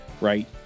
right